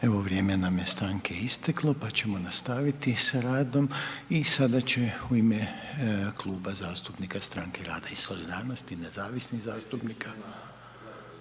Evo vrijeme nam je stanke isteklo pa ćemo nastaviti sa radom i sada će u ime Kluba zastupnika Stranke rada i solidarnosti i nezavisnih zastupnika